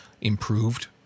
improved